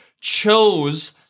chose